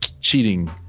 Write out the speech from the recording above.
cheating